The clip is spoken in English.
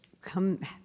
come